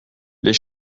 les